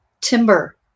timber